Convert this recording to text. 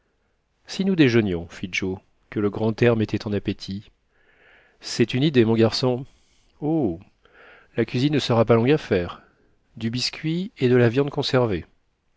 si nous déjeunions fit joe que le grand air mettait en appétit c'est une idée mon garçon oh la cuisine ne sera pas longue à faire du biscuit et de la viande conservée